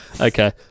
Okay